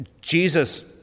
Jesus